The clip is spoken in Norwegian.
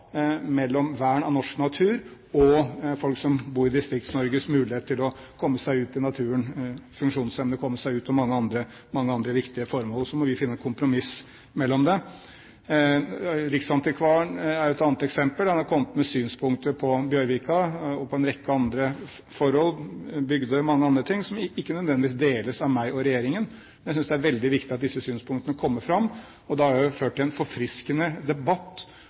mellom vern av norsk natur og folk som bor i DistriktsNorge, funksjonshemmedes muligheter til å komme seg ut i naturen og mange andre viktige formål. Så må vi finne et kompromiss her. Riksantikvaren er et annet eksempel. Han har kommet med synspunkter på Bjørvika og på en rekke andre forhold, Bygdøy og mye annet, som ikke nødvendigvis deles av meg og regjeringen. Men jeg synes det er veldig viktig at disse synspunktene kommer fram, og det har ført til en forfriskende debatt